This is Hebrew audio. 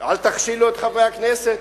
אל תכשילו את חברי הכנסת.